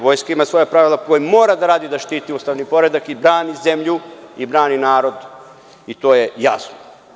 Vojska ima svoja pravila po kojima mora da radi, da štiti ustavni poredak, zemlju, da brani narod i to je jasno.